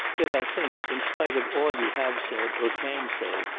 yet i think, in spite of all you have said or can say,